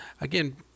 again